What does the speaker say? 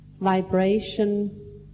vibration